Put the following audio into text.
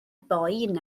boen